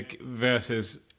versus